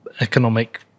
economic